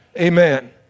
Amen